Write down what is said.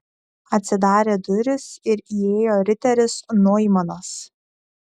atsidarė durys ir įėjo riteris noimanas